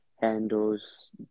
handles